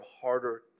harder